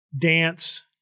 dance